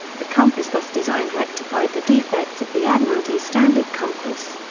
the compass thus designed rectified the defects of the admiralty standard compass.